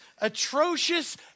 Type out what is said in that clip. atrocious